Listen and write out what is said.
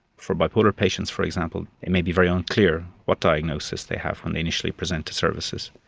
for bipolar patients for example, it may be very unclear what diagnosis they have when they initially present to services,